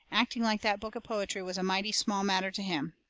acting like that book of poetry was a mighty small matter to him.